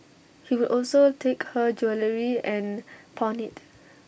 he would also take her jewellery and pawn IT